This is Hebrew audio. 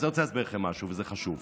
אתה יודע,